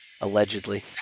Allegedly